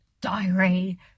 Diary